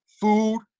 food